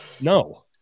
no